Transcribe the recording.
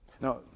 Now